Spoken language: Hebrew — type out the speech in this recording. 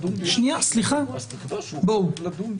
נימקתם.